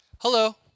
hello